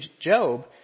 Job